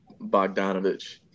Bogdanovich